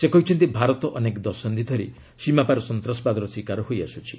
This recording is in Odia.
ସେ କହିଛନ୍ତି ଭାରତ ଅନେକ ଦଶନ୍ଧି ଧରି ସୀମାପାର ସନ୍ତାସବାଦର ଶିକାର ହୋଇଆସ୍କୁଛି